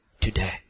today